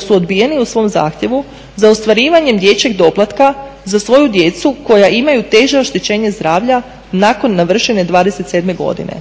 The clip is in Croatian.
su odbijeni u svom zahtjevu za ostvarivanjem dječjeg doplatka za svoju djecu koja imaju teže oštećenje zdravlja nakon navršene 27 godine.